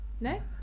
No